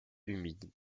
humide